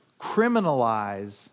criminalize